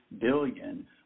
billion